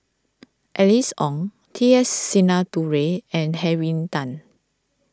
Alice Ong T S Sinnathuray and Henry Tan